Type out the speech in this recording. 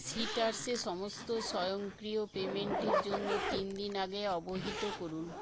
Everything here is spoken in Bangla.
সিট্রাসে সমস্ত স্বয়ংক্রিয় পেমেন্টের জন্য তিন দিন আগে অবহিত করুন